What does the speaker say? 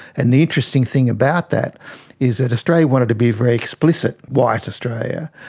and the interesting thing about that is that australia wanted to be very explicit, white australia,